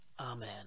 Amen